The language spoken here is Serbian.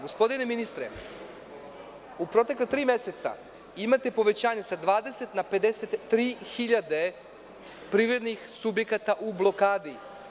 Gospodine ministre, u protekla tri meseca imate povećanje sa 20 na 53 hiljade privrednih subjekata u blokadi.